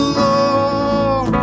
lord